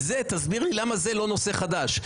תסביר לי למה זה לא נושא חדש.